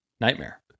nightmare